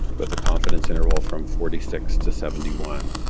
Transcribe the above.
with a confidence interval from forty six to seventy one.